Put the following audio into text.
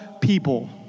people